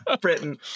Britain